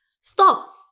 stop